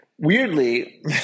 weirdly